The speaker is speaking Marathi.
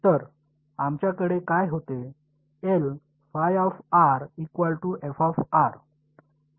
तर आमच्याकडे काय होते